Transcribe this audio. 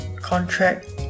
contract